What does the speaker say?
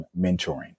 mentoring